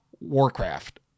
Warcraft